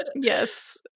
yes